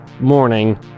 morning